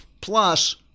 Plus